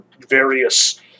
various